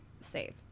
save